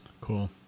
Cool